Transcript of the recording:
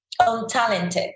untalented